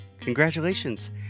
congratulations